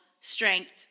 strength